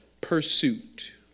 pursuit